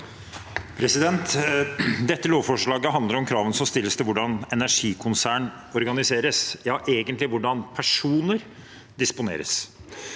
Dette lovforsla- get handler om kravene som stilles til hvordan energikonserner organiseres – ja, egentlig hvordan personer disponeres.